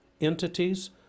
entities